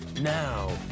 Now